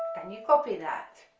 can you copy that?